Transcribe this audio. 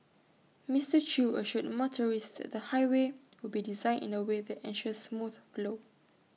Mister chew assured motorists that the highway will be designed in A way that ensures smooth flow